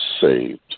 saved